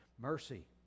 mercy